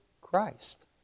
Christ